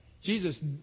Jesus